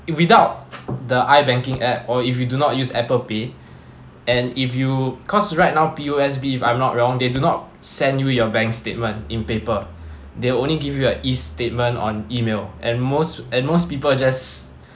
it without the ibanking app or if you do not use apple pay and if you cause right now P_O_S_B if I'm not wrong they do not send you your bank statement in paper they only give you a E statement on email and most and most people just